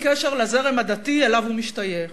בלי קשר לזרם הדתי שאליו הוא משתייך.